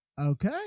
Okay